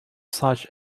such